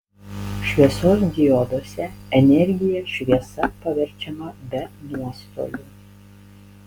šviesos dioduose energija šviesa paverčiama be nuostolių